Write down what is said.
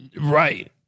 Right